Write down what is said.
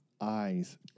eyes